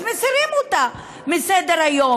אז מסירים אותה מסדר-היום,